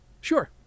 sure